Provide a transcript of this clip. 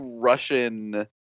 Russian